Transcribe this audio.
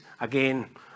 again